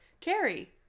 Carrie